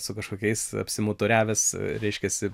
su kažkokiais apsimuturiavęs reiškiasi